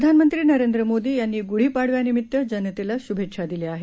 प्रधानमंत्री नरेंद्र मोदी यांनी गुढीपाडव्यानिमित्त जनतेला शुभेच्छा दिल्या आहेत